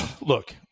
Look